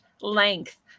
length